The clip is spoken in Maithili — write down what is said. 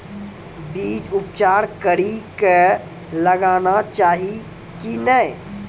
बीज उपचार कड़ी कऽ लगाना चाहिए कि नैय?